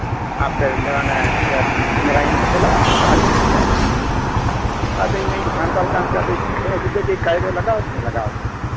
ᱟᱯᱮ ᱨᱮᱱ ᱫᱚ ᱚᱱᱮ ᱢᱮᱞᱟ ᱧᱮᱞ ᱠᱚ ᱪᱟᱞᱟᱜᱼᱟ ᱟᱨ ᱵᱟᱹᱦᱩ ᱠᱚᱠᱚ ᱚᱨ ᱟᱹᱜᱩ ᱠᱚᱣᱟ ᱟᱫᱚ ᱤᱧ ᱫᱚᱧ ᱥᱟᱱᱛᱟᱲ ᱠᱟᱱᱛᱤᱧ ᱤᱧ ᱫᱚ ᱛᱷᱚᱲᱟ ᱡᱩᱫᱟᱹᱜᱮ ᱜᱟᱭᱮᱨᱮ ᱞᱟᱜᱟᱣ ᱟᱹᱫᱤᱧᱟ ᱞᱟᱜᱟᱣ ᱫᱚ